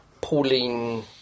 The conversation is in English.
Pauline